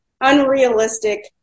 unrealistic